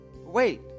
Wait